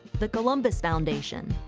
the columbus foundation,